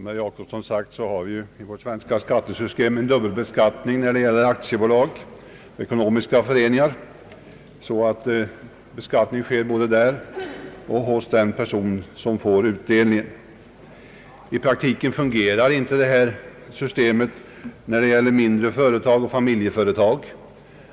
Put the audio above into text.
Herr talman! Som herr Gösta Jacobsson sagt har vi i vårt svenska skattesystem en dubbelbeskattning när det gäller aktiebolag och ekonomiska föreningar på det sättet att beskattning sker både hos dessa och hos den person som får utdelning. I praktiken fungerar inte detta system när det gäller mindre företag och familjeföretag,